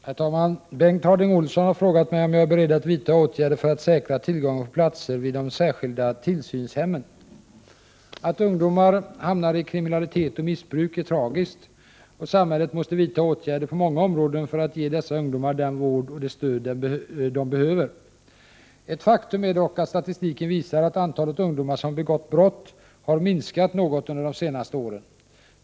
Herr talman! Bengt Harding Olson har frågat mig om jag är beredd att vidtaga åtgärder för att säkra tillgången på platser vid de särskilda tillsynshemmen. Att ungdomar hamnar i kriminalitet och missbruk är tragiskt, och samhället måste vidta åtgärder på många områden för att ge dessa ungdomar den vård och det stöd de behöver. Ett faktum är dock att statistiken visar att antalet ungdomar som begått brott har minskat något under de senaste åren.